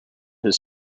his